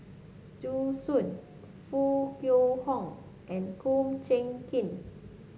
Zhu Xu Foo Kwee Horng and Kum Chee Kin